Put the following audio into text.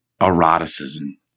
eroticism